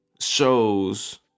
shows